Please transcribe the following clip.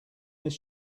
this